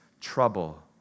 trouble